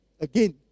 again